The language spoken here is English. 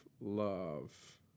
love